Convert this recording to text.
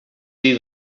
see